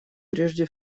прежде